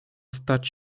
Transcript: stać